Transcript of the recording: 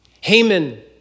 Haman